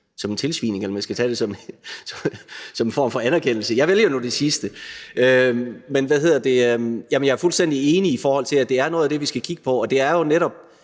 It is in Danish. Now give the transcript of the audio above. som en tilsvining eller en form for anerkendelse – jeg vælger nu det sidste. Men jeg er fuldstændig enig, i forhold til at det er noget af det, vi skal kigge på, og det er jo netop